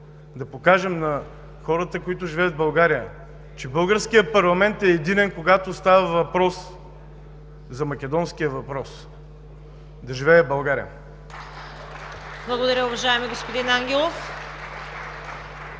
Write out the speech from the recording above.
да покажем на хората, които живеят в България, че българският парламент е единен, когато става въпрос за македонския въпрос. Да живее България! (Ръкопляскания от